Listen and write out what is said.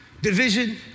division